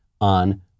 on